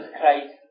Christ